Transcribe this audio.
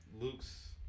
Luke's